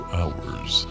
hours